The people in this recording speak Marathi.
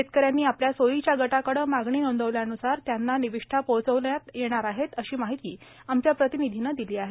शेतकऱ्यांनी आपल्या सोयीच्या गटाकडे मागणी नोंदविल्यान्सार त्यांना निविष्ठा पोहोचविल्या जाणार आहेत अशी माहिती आमच्या प्रतिनिधीने दिली आहे